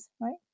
right